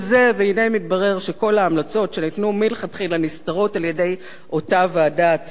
והנה מתברר שכל ההמלצות שניתנו מלכתחילה נסתרות על-ידי אותה ועדה עצמה.